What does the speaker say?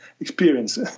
experience